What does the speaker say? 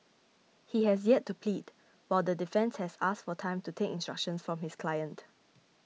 he has yet to plead while the defence has asked for time to take instructions from his client